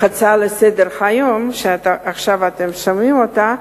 להצעה לסדר-היום, שעכשיו אתם שומעים אותה,